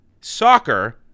Soccer